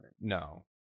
No